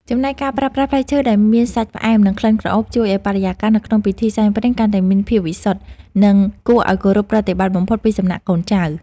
ចំណែកការប្រើប្រាស់ផ្លែឈើដែលមានសាច់ផ្អែមនិងក្លិនក្រអូបជួយឱ្យបរិយាកាសនៅក្នុងពិធីសែនព្រេនកាន់តែមានភាពវិសុទ្ធ និង គួរឱ្យគោរពប្រតិបត្តិបំផុតពីសំណាក់កូនចៅ។